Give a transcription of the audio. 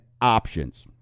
options